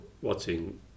watching